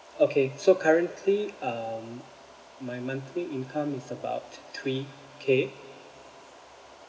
okay so currently um my monthly income is about three K